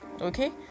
okay